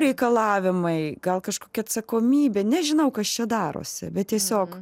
reikalavimai gal kažkokia atsakomybė nežinau kas čia darosi bet tiesiog